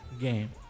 game